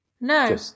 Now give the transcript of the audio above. No